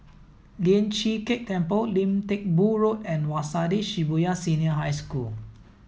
Lian Chee Kek Temple Lim Teck Boo Road and Waseda Shibuya Senior High School